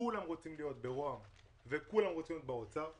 כולם רוצים להיות במשרד ראש הממשלה וכולם רוצים להיות במשרד